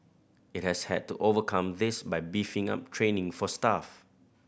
it has had to overcome this by beefing up training for staff